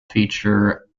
feature